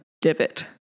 divot